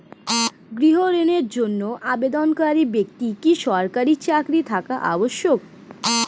গৃহ ঋণের জন্য আবেদনকারী ব্যক্তি কি সরকারি চাকরি থাকা আবশ্যক?